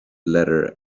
letter